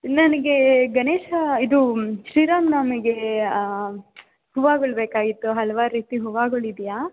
ನನಗೆ ಗಣೇಶ ಇದು ಶ್ರೀರಾಮ ನವಮಿಗೆ ಹೂವಗಳು ಬೇಕಾಗಿತ್ತು ಹಲ್ವಾರು ರೀತಿ ಹೂವಾಗಳು ಇದೆಯಾ